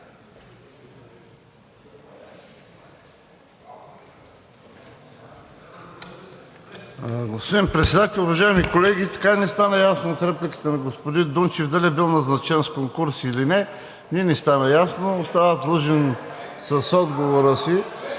Господин Председател, уважаеми колеги! Така и не стана ясно от репликата на господин Дунчев дали е бил назначен с конкурс или не. Не ни стана ясно! Остава длъжен с отговора си